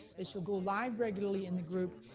is she'll go live regularly in the group,